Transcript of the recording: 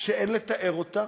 שאין לתאר אותה.